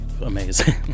amazing